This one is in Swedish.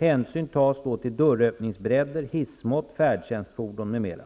Hänsyn tas då till dörröppningsbredder, hissmått, färdtjänstfordon m.m.